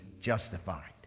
justified